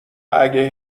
اگه